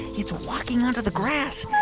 it's walking onto the grass.